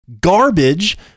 garbage